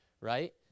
right